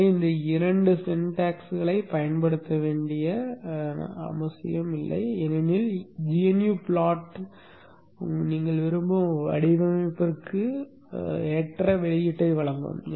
எனவே இந்த இரண்டு syntax பயன்படுத்த வேண்டிய அவசியமில்லாதவை ஏனெனில் g n u plot தானே நீங்கள் விரும்பும் வடிவமைப்பிற்கான வெளியீட்டை வழங்கும்